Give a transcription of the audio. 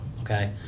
okay